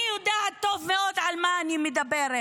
אני יודעת טוב מאוד על מה אני מדברת.